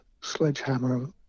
Sledgehammer